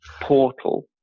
portal